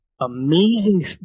amazing